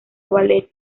ballet